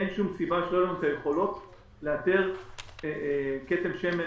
אין שום סיבה שלא יהיו לנו היכולות לאתר כתם שמן